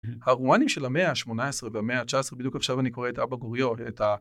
הרומנים של המאה השמונה עשרה והמאה התשע עשרה בדיוק עכשיו אני קורא את אבא גוריו את ה